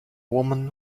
woman